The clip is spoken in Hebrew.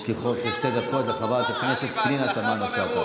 יש לי חוב של שתי דקות לחברת הכנסת פנינה תמנו שטה.